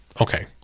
Okay